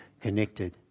connected